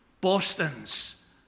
Boston's